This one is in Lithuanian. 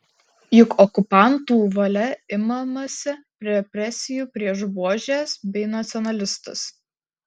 juk okupantų valia imamasi represijų prieš buožes bei nacionalistus